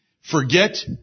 Forget